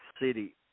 city